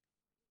אתי.